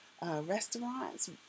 restaurants